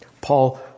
Paul